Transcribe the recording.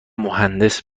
مهندس